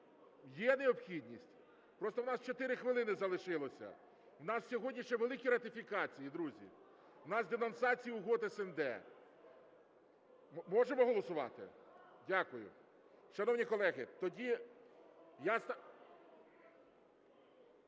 Є необхідність? Просто в нас 4 хвилини залишилося, в нас сьогодні ще великі ратифікації, друзі. В нас денонсації угод СНД. Можемо голосувати? Дякую. Шановні колеги, тоді я...